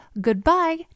goodbye